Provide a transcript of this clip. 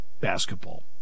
basketball